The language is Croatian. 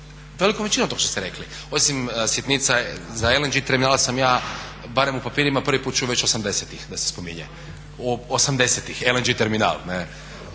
velikom većinom toga što ste rekli, osim sitnica za LNG terminal sam ja barem u papirima prvi put čuo već osamdesetih da se spominje, osamdesetih LNG terminal.